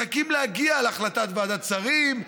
מחכים להגיע להחלטת ועדת שרים,